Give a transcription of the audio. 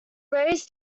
raised